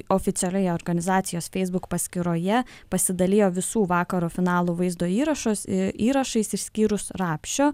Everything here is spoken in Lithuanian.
oficialioje organizacijos facebook paskyroje pasidalijo visų vakaro finalų vaizdo įrašus įrašais išskyrus rapšio